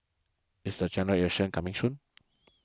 is the General Election coming soon